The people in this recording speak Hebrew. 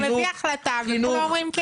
אתה מביא החלטה וכולם אומרים כן.